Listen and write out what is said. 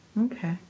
okay